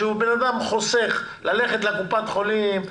אדם נמנע מללכת לקופת חולים,